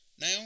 now